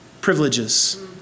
privileges